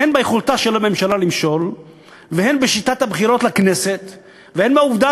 הן ביכולתה של הממשלה למשול והן בשיטת הבחירות לכנסת והן בעובדה